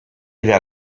vers